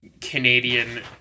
Canadian